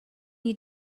you